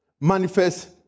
manifest